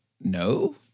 no